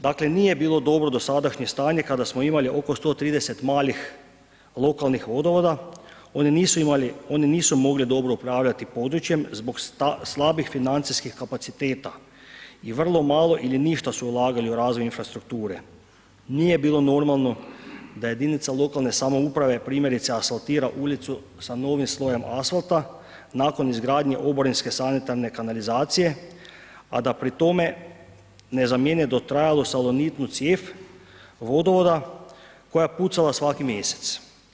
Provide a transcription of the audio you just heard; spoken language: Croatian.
Dakle nije bilo dobro dosadašnje stanje kada smo imali oko 130 malih lokalnih vodovoda, oni nisu mogli dobro upravljati područjem zbog slabih financijskih kapaciteta i vrlo malo ili ništa su ulagali u razvoj infrastrukture, nije bilo normalno da jedinica lokalne samouprave primjerice asfaltira ulicu sa novim slojem asfalta nakon izgradnje oborinske sanitarne kanalizacije a da pri tome ne zamijene dotrajalu salonitnu cijev vodovoda koja je pucala svaki mjesec.